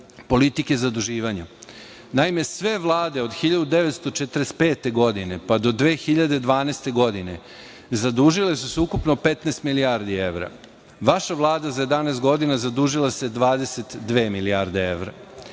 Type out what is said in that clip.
politike zaduživanja. Naime, sve vlade od 1945. godine, pa do 2012. godine zadužile su se ukupno 15 milijardi evra. Vaša Vlada za 11 godina zadužila se 22 milijarde evra